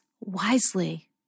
wisely